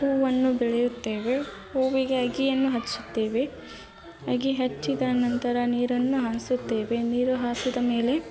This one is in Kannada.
ಹೂವನ್ನು ಬೆಳೆಯುತ್ತೇವೆ ಹೂವಿಗೆ ಅಗಿಯನ್ನು ಹಚ್ಚುತ್ತೇವೆ ಅಗಿ ಹಚ್ಚಿದ ನಂತರ ನೀರನ್ನು ಹಾಸುತ್ತೇವೆ ನೀರು ಹಾಯ್ಸಿದ ಮೇಲೆ